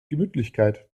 gemütlichkeit